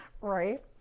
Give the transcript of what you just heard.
Right